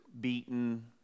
beaten